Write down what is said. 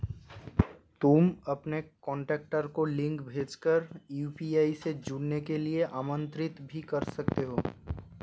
तुम अपने कॉन्टैक्ट को लिंक भेज कर यू.पी.आई से जुड़ने के लिए आमंत्रित भी कर सकते हो